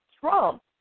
Trump